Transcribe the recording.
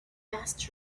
passed